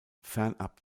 fernab